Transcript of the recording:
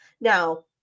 Now